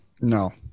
No